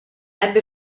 ebbe